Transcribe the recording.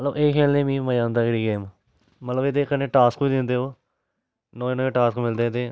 मतलब एह् खेलने गी मी मजा औंदा मी एह् गेम मतलब एह्दे कन्नै टास्क बी दिंदे ओह् नमें नमें टास्क मिलदे एह्दे